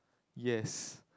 yes